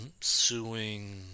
suing